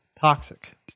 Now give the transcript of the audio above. toxic